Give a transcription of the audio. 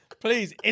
Please